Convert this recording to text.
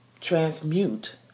transmute